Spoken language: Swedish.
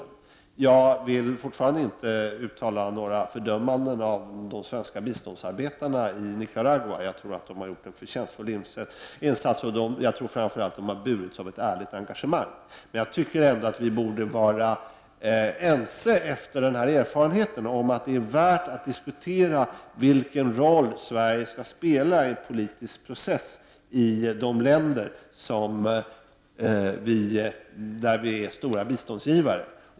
Fortfarande vill jag inte uttala något fördömande av de svenska biståndsarbetarna i Nicaragua. Jag tror att de har gjort en förtjänstfull insats. Framför allt tror jag de har burits av ett ärligt engagemang, men jag tycker ändå att vi efter de erfarenheter som vi har haft borde kunna vara överens om att det är värt att diskutera vilken roll Sverige skall spela i en politisk process i de länder till vilka Sverige är en stor biståndsgivare.